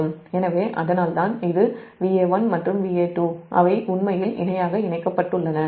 எனவே அதனால்தான் இது Va1 மற்றும் Va2 அவை உண்மையில் இணையாக இணைக்கப்பட்டுள்ளன